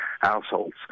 households